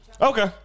Okay